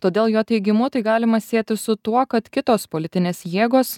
todėl jo teigimu tai galima sieti su tuo kad kitos politinės jėgos